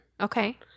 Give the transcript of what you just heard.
Okay